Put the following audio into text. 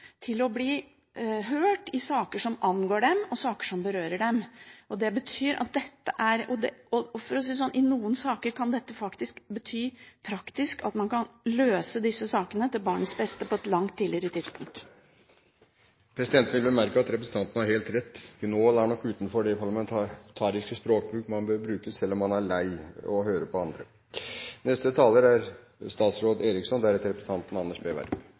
til å bli hørt i saker som angår dem, og saker som berører dem. For å si det sånn: I noen saker kan dette faktisk praktisk bety at man kan løse disse sakene til barnets beste på et langt tidligere tidspunkt. Presidenten vil bemerke at representanten har helt rett, «gnål» er utenfor den parlamentariske språkbruken, selv om man er lei av å høre på andre. Jeg synes det er